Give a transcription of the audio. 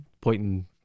pointing